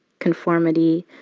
conformity,